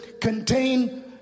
contain